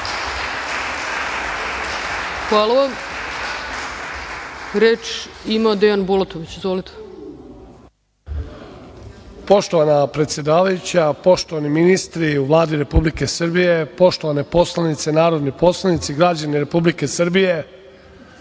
Hvala vam. Reč ima Dejan Bulatović. Izvolite. **Dejan Bulatović** Poštovana predsedavajuća, poštovani ministri u Vladi Republike Srbije, poštovane poslanice, narodni poslanici i građani Republike Srbije,